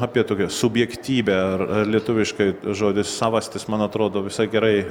apie tokią subjektyvią ar lietuviškai žodis savastis man atrodo visai gerai